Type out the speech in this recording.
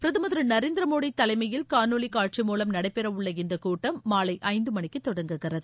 பிரதமர் திருநரேந்திரமோடிதலைமையில் காணொலிகாட்சி மூலம் நடைபெறஉள்ள இந்தக் கூட்டம் மாலைஐந்துமணிக்குதொடங்குகிறது